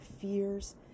fears